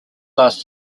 last